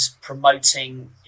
promoting